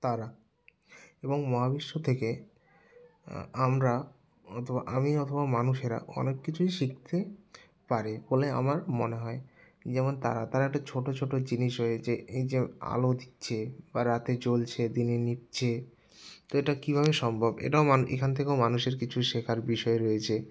তারা এবং মহাবিশ্ব থেকে আমরা অথবা আমি অথবা মানুষেরা অনেক কিছুই শিখতে পারে বলে আমার মনে হয় যেমন তারা তারা একটা ছোট ছোট জিনিস হয়ে যে এই যে আলো দিচ্ছে বা রাতে জ্বলছে দিনে নিভছে তো এটা কীভাবে সম্ভব এটাও মানে এখান থেকেও মানুষের কিছু শেখার বিষয় রয়েছে